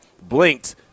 blinked